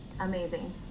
Amazing